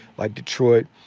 like detroit,